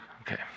Okay